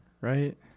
right